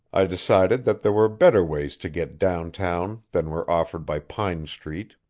i decided that there were better ways to get down town than were offered by pine street.